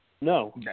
No